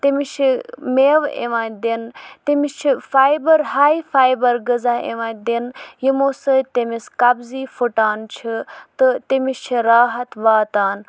تٔمِس چھِ میوٕ یِوان دِنہٕ تٔمِس چھِ فایبَر ہاے فایبَر غذا یِوان دِنہٕ یِمو سۭتۍ تٔمِس کَبزی پھٕٹان چھِ تہٕ تٔمِس چھِ راحت واتان